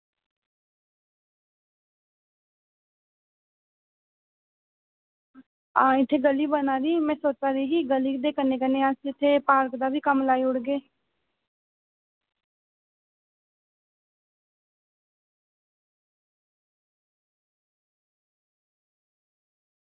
आं इत्थें गली बना दी ते में सोचा दी ही की गली दे कन्नै कन्नै अस इत्थै पार्क दा बी कम्म लाई ओड़गे